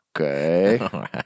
Okay